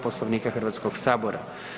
Poslovnika Hrvatskog sabora.